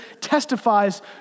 testifies